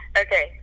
Okay